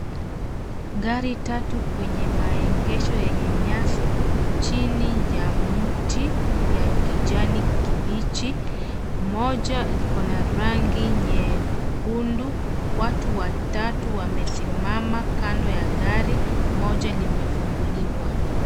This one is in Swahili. Gari tatu kwenye maegesho yenye nyasi chini ya mti ya kijani kibichi moja liko na rangi nyekundu, watu watatu wamesimama kando ya gari moja limefunguliwa.